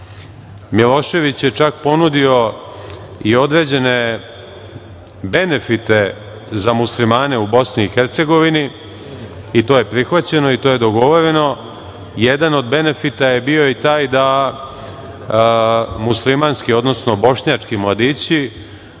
Milošević je čak ponudio i određene benefite za Muslimane u BiH, i to je prihvaćeno i to je dogovoreno. Jedan od benefita je bio i taj da muslimanski, odnosno bošnjački mladići